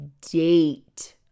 date